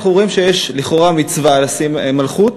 אנחנו רואים שיש לכאורה מצווה לשים מלכות,